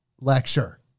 lecture